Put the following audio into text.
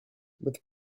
with